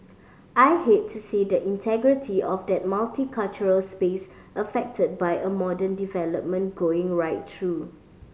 I hate to see the integrity of that multicultural space affected by a modern development going right through